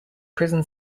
prison